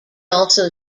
also